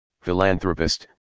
Philanthropist